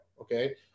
Okay